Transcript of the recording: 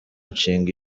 nshinga